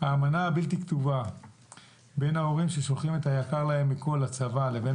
האמנה הבלתי כתובה בין ההורים ששולחים את היקר להם מכול לצבא לבין